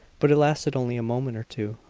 but it lasted only a moment or two.